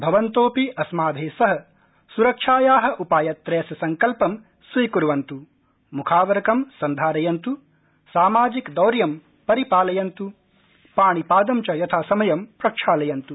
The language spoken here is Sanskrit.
भवन्तोऽपि अस्माभि सह सुरक्षाया उपायत्रयस्य सङ्कल्पं स्वीकुर्वन्तु मुखावरकं सन्धारयन्तु सामाजिकदौर्यं परिपालयन्तु पाणिपादं च यथासमयं प्रक्षालयन्तु